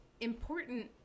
important